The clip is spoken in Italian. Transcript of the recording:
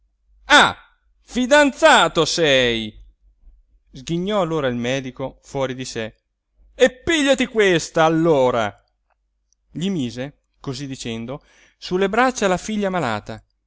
ah fidanzato sei sghignò allora il medico fuori di sé e pigliati questa allora gli mise cosí dicendo sulle braccia la figlia malata